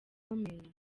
ikomeye